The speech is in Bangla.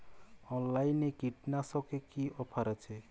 অনলাইনে কীটনাশকে কি অফার আছে?